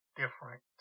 different